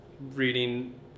reading